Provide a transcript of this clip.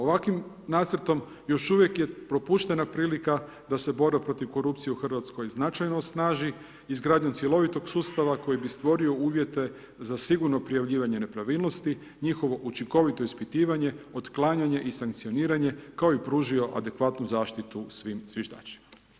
Ovakvim nacrtom još uvijek je propuštena prilika da se borba protiv korupcije u Hrvatskoj značajno osnaži izgradnjom cjelovitog sustava koji bi stvorio uvjete za sigurno prijavljivanje nepravilnosti, njihovo učinkovito ispitivanje, otklanjanje i sankcioniranje kao i pružio adekvatnu zaštitu svim zviždačima.